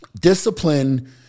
discipline